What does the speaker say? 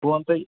بہٕ ونہٕ تۄہہِ